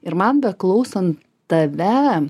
ir man beklausant tave